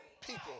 people